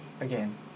again